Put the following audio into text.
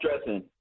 stressing